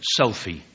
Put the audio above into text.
selfie